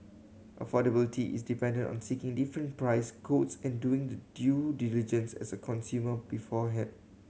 affordability is dependent on seeking different price quotes and doing the due diligence as a consumer beforehand